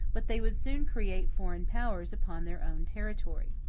but they would soon create foreign powers upon their own territory.